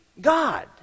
God